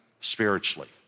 spiritually